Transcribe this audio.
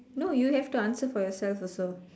no you have to answer for yourself also